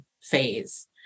phase